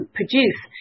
produce